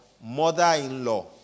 mother-in-law